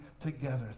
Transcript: together